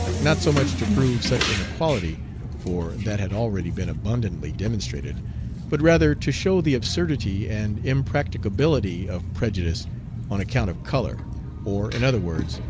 not so much to prove such an equality for that had already been abundantly demonstrated but rather to show the absurdity and impracticability of prejudice on account of color or, in other words,